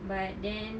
but then